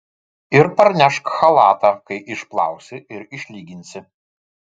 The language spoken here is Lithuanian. ir parnešk chalatą kai išplausi ir išlyginsi